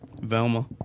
Velma